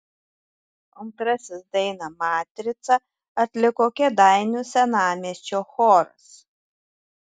antrasis dainą matrica atliko kėdainių senamiesčio choras